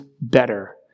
better